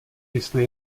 jestli